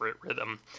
rhythm